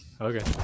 okay